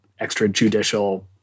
extrajudicial